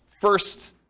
first